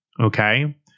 okay